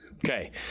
Okay